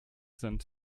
sind